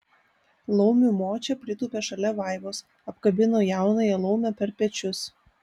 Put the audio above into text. laumių močia pritūpė šalia vaivos apkabino jaunąją laumę per pečius